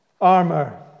armor